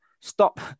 stop